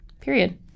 period